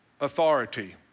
authority